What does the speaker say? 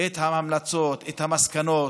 את ההמלצות, את המסקנות,